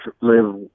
live